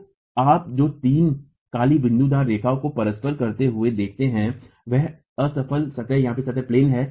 तो आप जो तीन काली बुन्दुदार रेखाओं को परस्पर करते हुए देखते हैं वह असफल सतह है